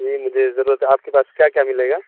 جی مجھے ضرورت ہے آپ کے پاس کیا کیا ملے گا